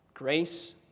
Grace